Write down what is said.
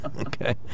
Okay